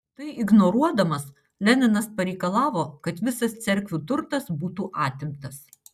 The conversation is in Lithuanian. tai ignoruodamas leninas pareikalavo kad visas cerkvių turtas būtų atimtas